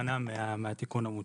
אז התוספת ניתנת בלי ייצוג לצה"ל.